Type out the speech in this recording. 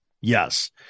Yes